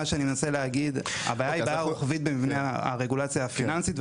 מה שאני מנסה להגיד הבעיה היא בעיה רוחבית במבנה הרגולציה הפיננסית,